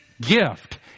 gift